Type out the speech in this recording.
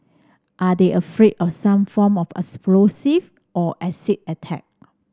are they afraid of some form of explosive or acid attack